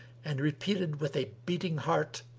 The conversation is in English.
and repeated with a beating heart,